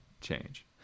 change